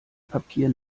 papier